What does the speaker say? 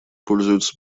пользуются